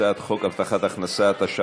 הצעת חוק הבטחת הכנסה (תיקון מס' 49),